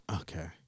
okay